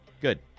Good